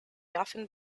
often